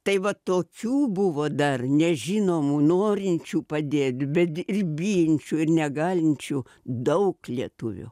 tai va tokių buvo dar nežinomų norinčių padėt bet ir bijančių ir negalinčių daug lietuvių